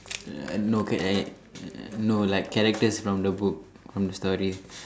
uh no can act no like characters from the book from the story